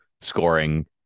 scoring